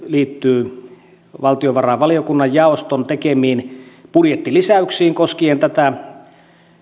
liittyy valtiovarainvaliokunnan jaoston tekemiin budjettilisäyksiin koskien tätä